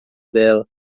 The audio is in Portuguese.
dela